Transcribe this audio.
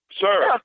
Sir